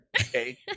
Okay